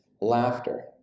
laughter